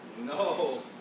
No